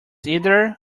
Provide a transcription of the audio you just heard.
either